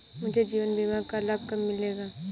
मुझे जीवन बीमा का लाभ कब मिलेगा?